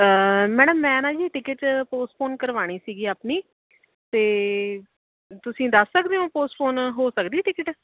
madam ਮੈਂ ਨਾ ਜੀ ਟਿਕਟ ਪੋਸਟਪੋਨ ਕਰਵਾਉਣੀ ਸੀਗੀ ਆਪਣੀ ਅਤੇ ਤੁਸੀਂ ਦੱਸ ਸਕਦੇ ਹੋ ਪੋਸਟਪੋਨ ਹੋ ਸਕਦੀ ਟਿਕਟ